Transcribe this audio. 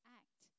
act